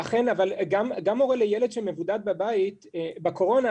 הורה לילד שמבודד בבית בקורונה,